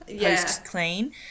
post-clean